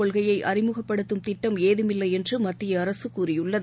கொள்கையைஅறிமுகப்படுத்தும் திட்டம் ஏதுமில்லைஎன்றுமத்தியஅரசுகூறியுள்ளது